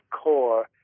core